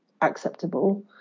acceptable